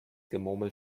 gemurmel